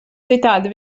citādi